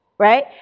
right